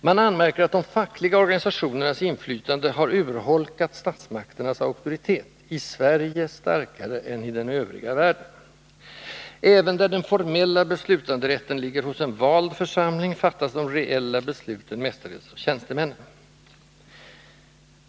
Man anmärker att de fackliga organisationernas inflytande har urholkat statsmakternas auktoritet, i Sverige starkare än i den övriga världen. Även där den formella beslutanderätten ligger hos en vald församling, fattas de reella besluten mestadels av tjänstemännen.